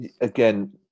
Again